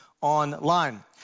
online